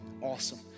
awesome